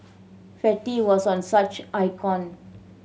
fatty was one such icon